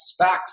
SPACs